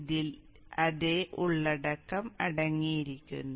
ഇതിൽ അതേ ഉള്ളടക്കം അടങ്ങിയിരിക്കുന്നു